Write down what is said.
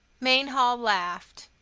mainhall laughed.